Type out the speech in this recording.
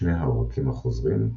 שני העורקים החוזרים,